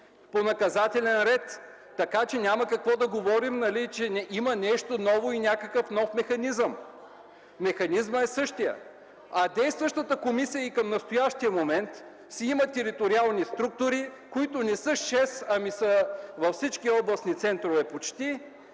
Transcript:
по наказателен ред. Така че няма какво да говорим, че има нещо ново и някакъв нов механизъм. Механизмът е същият. Действащата комисия и към настоящия момент си има териториални структури, които не са шест, а са почти във всички областни центрове.